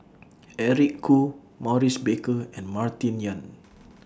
Eric Khoo Maurice Baker and Martin Yan